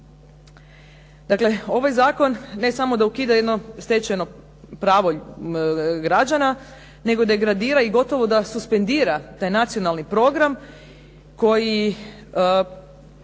Dakle, ovaj zakon ne samo da ukida jedno stečajno pravo građana, nego degradira i gotovo da suspendira taj nacionalni program koji